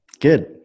Good